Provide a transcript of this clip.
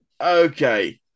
Okay